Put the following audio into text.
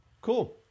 Cool